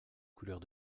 couleurs